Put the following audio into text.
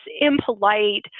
impolite